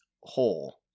hole